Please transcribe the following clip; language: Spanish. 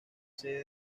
sede